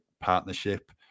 partnership